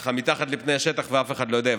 ככה מתחת לפני השטח ואף אחד לא יודע.